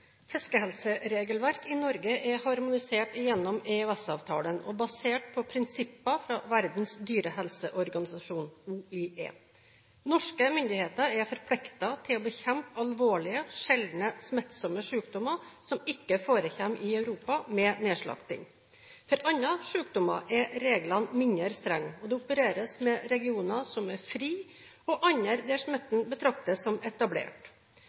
Fiskehelseregelverk i Norge er harmonisert gjennom EØS-avtalen og basert på prinsipper fra Verdens dyrehelseorganisasjon, OIE. Norske myndigheter er forpliktet til å bekjempe alvorlige, sjeldne smittsomme sykdommer som ikke forekommer i Europa, med nedslakting. For andre sykdommer er reglene mindre strenge, og det opereres med regioner som er fri for smitte, og andre der smitten betraktes som etablert.